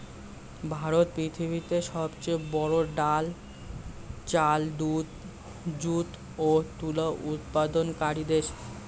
ভারত পৃথিবীতে সবচেয়ে বড়ো ডাল, চাল, দুধ, যুট ও তুলো উৎপাদনকারী দেশ